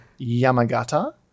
Yamagata